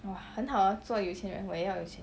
!wah! 很好 orh 做有钱人我也要有钱